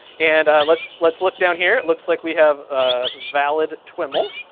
and let's let's look down here, it looks like we have a valid twiml.